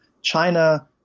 China